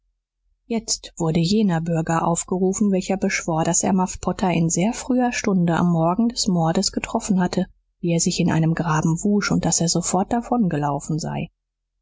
jetzt wurde jener bürger aufgerufen welcher beschwor daß er muff potter in sehr früher stunde am morgen des mordes getroffen hatte wie er sich in einem graben wusch und daß er sofort davongelaufen sei